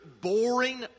boring